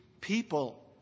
people